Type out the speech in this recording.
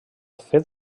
fet